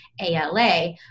ALA